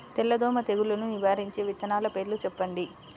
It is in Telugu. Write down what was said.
తెల్లదోమ తెగులును నివారించే విత్తనాల పేర్లు చెప్పండి?